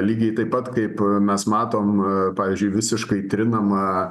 lygiai taip pat kaip mes matom pavyzdžiui visiškai trinamą